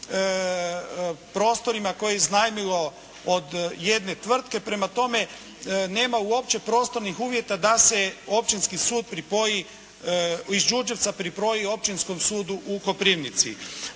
prostorima koje je iznajmilo od jedne tvrtke. Prema tome, nema uopće prostornih uvjeta da se Općinski sud pripoji, iz Đurđevca pripoji Općinskom sudu u Koprivnici.